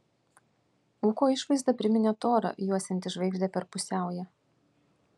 ūko išvaizda priminė torą juosiantį žvaigždę per pusiaują